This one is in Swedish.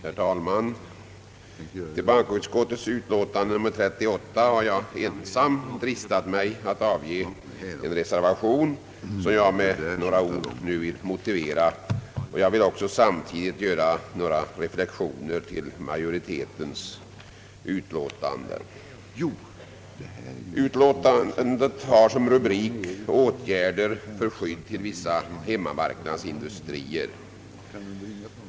Herr talman! Till bankoutskottets utlåtande nr 38 har jag ensam dristat mig att avge en reservation, som jag med några ord vill motivera. Jag vill samtidigt också göra några reflexioner till majoritetens utlåtande. Utlåtandet har som rubrik »åtgärder för skydd åt vissa hemmamarknadsindustrier».